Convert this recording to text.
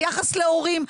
היחס להורים,